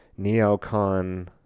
neocon